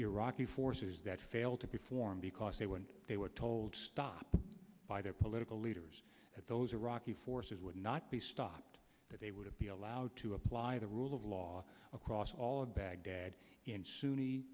iraqi forces that failed to perform because they when they were told stop by their political leaders at those iraqi forces would not be stopped that they would be allowed to apply the rule of law across all of baghdad in sunni